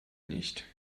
nicht